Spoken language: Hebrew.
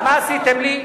אז מה עשיתם לי?